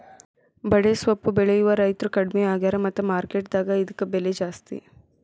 ಬಡೆಸ್ವಪ್ಪು ಬೆಳೆಯುವ ರೈತ್ರು ಕಡ್ಮಿ ಆಗ್ಯಾರ ಮತ್ತ ಮಾರ್ಕೆಟ್ ದಾಗ ಇದ್ಕ ಬೆಲೆ ಜಾಸ್ತಿ